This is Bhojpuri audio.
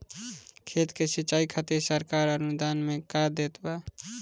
खेत के सिचाई खातिर सरकार अनुदान में का देत बा?